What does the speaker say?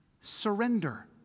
Surrender